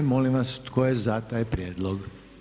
Molim vas tko je za taj prijedlog?